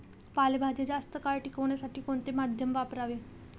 पालेभाज्या जास्त काळ टिकवण्यासाठी कोणते माध्यम वापरावे?